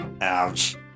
Ouch